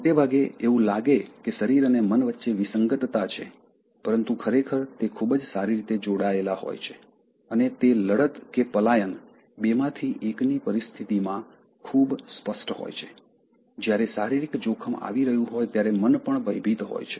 મોટે ભાગે એવું લાગે કે શરીર અને મન વચ્ચે વિસંગતતા છે પરંતુ ખરેખર તે ખૂબ જ સારી રીતે જોડાયેલા હોય છે અને તે લડત કે પલાયન બેમાંથી એક ની પરિસ્થિતિઓમાં ખૂબ સ્પષ્ટ હોય છે જ્યારે શારીરિક જોખમ આવી રહ્યું હોય ત્યારે મન પણ ભયભીત હોય છે